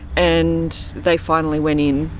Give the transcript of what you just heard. and they finally went in.